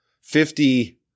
Fifty